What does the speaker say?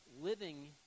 living